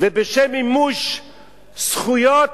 ובשם מימוש זכויות